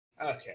Okay